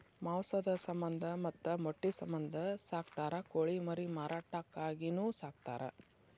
ಮಾಂಸದ ಸಮಂದ ಮತ್ತ ಮೊಟ್ಟಿ ಸಮಂದ ಸಾಕತಾರ ಕೋಳಿ ಮರಿ ಮಾರಾಟಕ್ಕಾಗಿನು ಸಾಕತಾರ